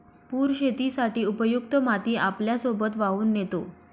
पूर शेतीसाठी उपयुक्त माती आपल्यासोबत वाहून नेतो